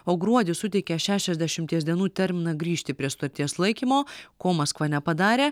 o gruodį suteikė šešiasdešimties dienų terminą grįžti prie stoties laikymo ko maskva nepadarė